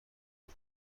دور